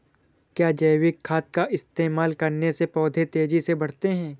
क्या जैविक खाद का इस्तेमाल करने से पौधे तेजी से बढ़ते हैं?